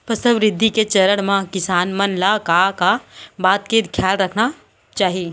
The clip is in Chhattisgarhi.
फसल वृद्धि के चरण म किसान मन ला का का बात के खयाल रखना चाही?